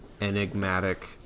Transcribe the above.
enigmatic